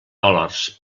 dòlars